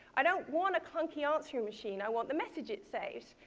i don't want a clunky answering machine i want the message it saves.